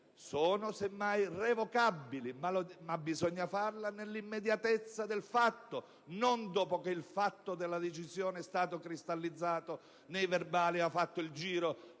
essere revocabili, ma bisogna procedere nell'immediatezza del fatto, non dopo che il fatto della decisione è stato cristallizzato nei verbali ed ha fatto il giro